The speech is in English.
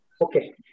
Okay